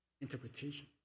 interpretation